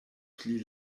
pli